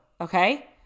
okay